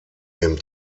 dem